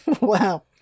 Wow